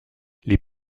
les